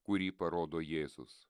kurį parodo jėzus